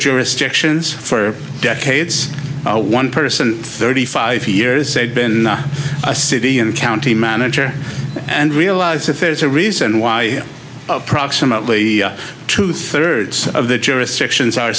jurisdictions for decades one person thirty five years they've been a city and county manager and realize that there's a reason why proximately two thirds of the jurisdictions